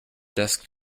desk